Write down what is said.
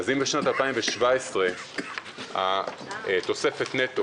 אז אם בשנת 2017 התוספת מטו,